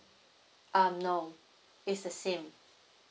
um no is the same